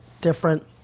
different